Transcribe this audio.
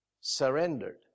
surrendered